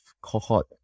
cohort